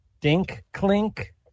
Dink-clink